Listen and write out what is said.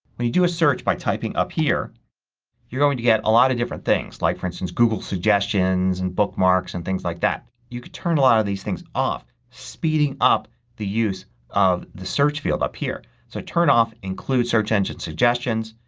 when you do a search by typing up here you're going to get a lot of different things. like for instance goggle suggestions, and bookmarks, and things like that. you can turn a lot of these things off speeding up the use of the search field up here. so turn off include search engine suggestions,